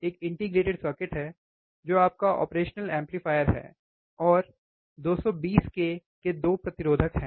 एक integrated circuit है जो आपका ऑपरेशनल एम्पलीफायर है और 220 k के 2 प्रतिरोधक हैं